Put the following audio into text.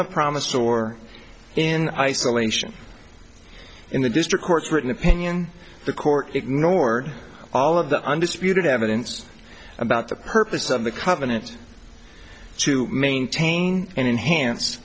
the promise or in isolation in the district court written opinion the court ignored all of the undisputed evidence about the purpose of the covenant to maintain an enhanced